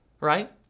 Right